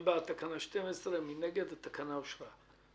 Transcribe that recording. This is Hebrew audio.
אין תקנה 12 לתקנות הטיס (רישיונות לעובדי טיס),